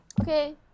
Okay